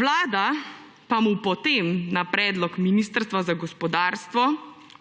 Vlada pa potem na predlog Ministrstva za gospodarstvo